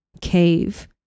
cave